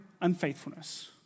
unfaithfulness